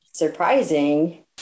surprising